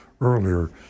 earlier